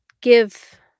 give